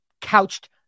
couched